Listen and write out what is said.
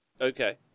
Okay